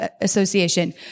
Association